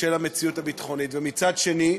הכנסת, מצד אחד,